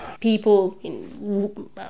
people